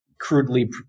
crudely